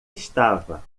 estava